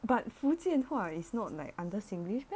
but 福建话 is not like under singlish meh